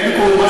יש ביקורים.